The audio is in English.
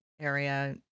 area